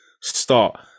start